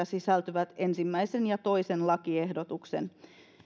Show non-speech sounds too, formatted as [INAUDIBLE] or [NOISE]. [UNINTELLIGIBLE] sisältyvät ensimmäinen ja toisen lakiehdotuksen